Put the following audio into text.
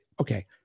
okay